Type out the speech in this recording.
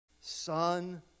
son